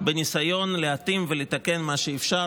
בניסיון להתאים ולתקן את מה שאפשר